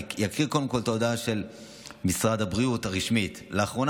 אני אקריא את ההודעה הרשמית של משרד הבריאות: "לאחרונה